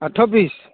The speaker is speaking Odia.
ଆଠ ପିସ୍